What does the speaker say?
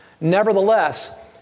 Nevertheless